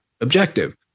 objective